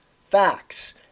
facts